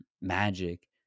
magic